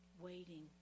waiting